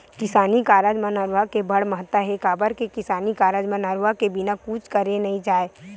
किसानी कारज म नरूवा के बड़ महत्ता हे, काबर के किसानी कारज म नरवा के बिना कुछ करे नइ जाय